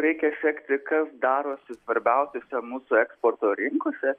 reikia sekti kas darosi svarbiausiose mūsų eksporto rinkose